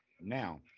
Now